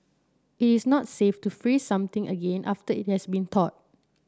it is not safe to freeze something again after it has been thawed